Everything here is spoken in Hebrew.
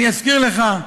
אני אזכיר לך,